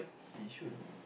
Yishun